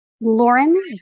lauren